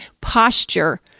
posture